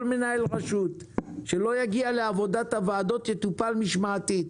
מנהל רשות שלא יגיע לעבודת הוועדות יטופל משמעתית.